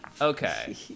Okay